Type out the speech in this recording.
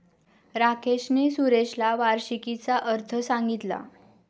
राकेशने सुरेशला वार्षिकीचा अर्थ सांगितला